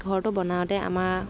ঘৰটো বনাওঁতে আমাৰ